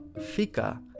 fika